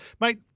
Mate